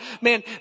man